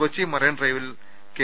Kochi marine ഡ്രൈവിൽ K